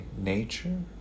nature